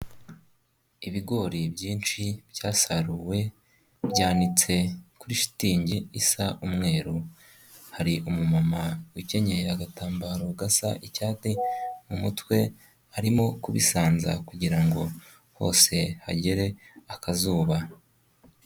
Ibigori byinshi byasaruwe byanitse kuri shitingi isa umweru, hari umumama wikenyeye agatambaro gasa icyate mu mutwe arimo kubisanza kugira ngo hose hagere akazuba.